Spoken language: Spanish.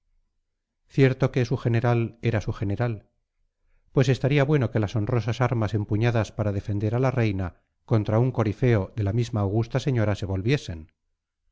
semejantes cierto que su general era su general pues estaría bueno que las honrosas armas empuñadas para defender a la reina contra un corifeo de la misma augusta señora se volviesen